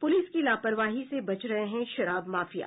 police की लापरवाही से बच रहे हैं शराब माफिया